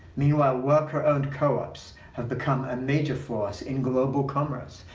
meanwhile, worker-owned co-ops have become a major force in global commerce,